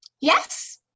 Yes